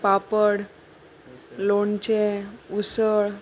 पापड लोणचें उसळ